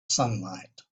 sunlight